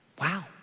Wow